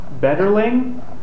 betterling